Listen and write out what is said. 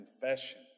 confession